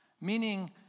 meaning